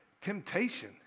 Temptation